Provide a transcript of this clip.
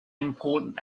important